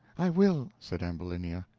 i will, said ambulinia,